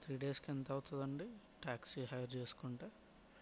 three డేస్కి ఎంత అవుతుందండి ట్యాక్సీ హైర్ చేసుకుంటే